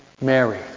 Mary